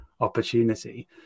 opportunity